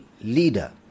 leader